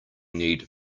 need